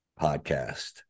podcast